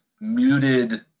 muted